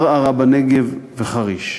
ערערה-בנגב וחריש.